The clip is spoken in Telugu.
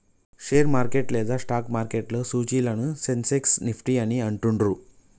షేర్ మార్కెట్ లేదా స్టాక్ మార్కెట్లో సూచీలను సెన్సెక్స్, నిఫ్టీ అని అంటుండ్రు